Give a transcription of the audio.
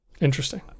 Interesting